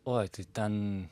oi ten